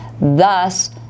thus